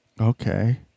Okay